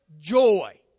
joy